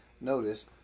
notice